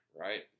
right